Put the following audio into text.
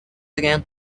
again